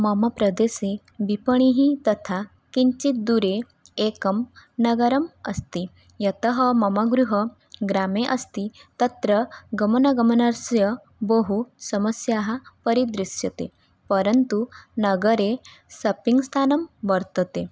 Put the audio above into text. मम प्रदेशे विपणिः तथा किञ्चित् दूरे एकं नगरम् अस्ति यतः मम गृहं ग्रामे अस्ति तत्र गमनागमनस्य बहु समस्याः परिदृश्यते परन्तु नगरे सपिङ्ग् स्थानं वर्तते